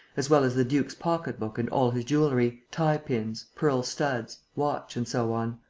as well as the duke's pocket-book and all his jewellery tie pins, pearl studs, watch and so on.